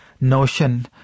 notion